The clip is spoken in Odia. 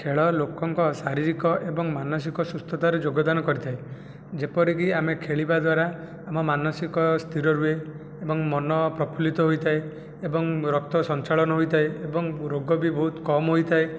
ଖେଳ ଲୋକଙ୍କ ଶାରୀରିକ ଏବଂ ମାନସିକ ସୁସ୍ଥତାରେ ଯୋଗଦାନ କରିଥାଏ ଯେପରିକି ଆମେ ଖେଳିବା ଦ୍ଵାରା ଆମ ମାନସିକ ସ୍ଥିର ରୁହେ ଏବଂ ମନ ପ୍ରଫୁଲ୍ଲିତ ହୋଇଥାଏ ଏବଂ ରକ୍ତ ସଞ୍ଚାଳନ ହୋଇଥାଏ ଏବଂ ରୋଗ ବି ବହୁତ କମ୍ ହୋଇଥାଏ